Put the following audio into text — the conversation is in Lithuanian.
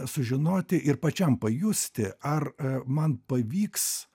sužinoti ir pačiam pajusti ar man pavyks